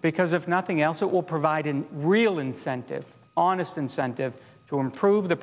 because if nothing else it will provide a real incentive honest incentive to improve the